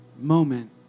moment